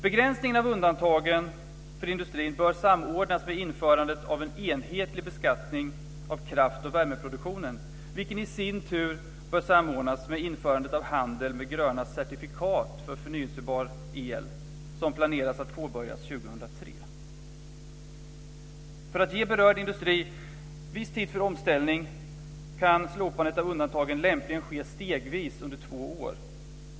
Begränsningen av undantagen för industrin bör samordnas med införandet av en enhetlig beskattning av kraft och värmeproduktionen, vilket i sin tur bör samordnas med införandet av handel med gröna certifikat för förnyelsebar el som planeras att påbörjas För att ge berörd industri viss tid för omställning kan slopandet av undantagen lämpligen ske stegvis under två år.